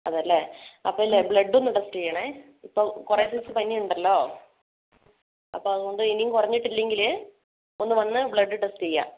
അതെയല്ലേ അപ്പോൾ ഇല്ലേ ബ്ലഡ്ഡൊന്ന് ടെസ്റ്റ് ചെയ്യണേ ഇപ്പോൾ കുറേ ദിവസത്തെ പനിയുണ്ടല്ലോ അപ്പോൾ അതുകൊണ്ട് ഇനിയും കുറഞ്ഞിട്ടില്ലെങ്കിൽ ഒന്ന് വന്ന് ബ്ലഡ്ഡ് ടെസ്റ്റ് ചെയ്യുക